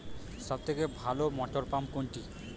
সবথেকে ভালো মটরপাম্প কোনটি?